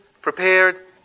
prepared